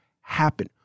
happen